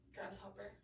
Grasshopper